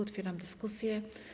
Otwieram dyskusję.